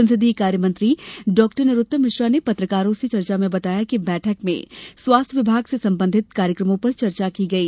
संसदीय कार्यमंत्री नरोत्तम मिश्रा ने पत्रकारों से चर्चा में बताया कि बैठक में स्वास्थ्य विभाग से संबधित कार्यक्रमों पर चर्चा की गई